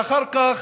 ואחר כך